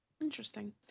interesting